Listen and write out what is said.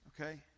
okay